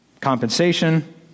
Compensation